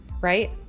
right